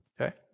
Okay